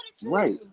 Right